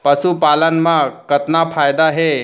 पशुपालन मा कतना फायदा हे?